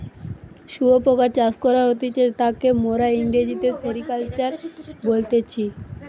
শুয়োপোকা চাষ করা হতিছে তাকে মোরা ইংরেজিতে সেরিকালচার বলতেছি